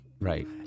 Right